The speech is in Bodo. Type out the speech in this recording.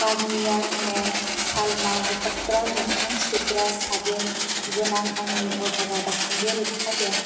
आरो गारनियार मेन सालमाय होखारग्रा मोखां सुग्रा साबोन गोनां आंनि अर्डारा दासिमबो रोखा जायाखै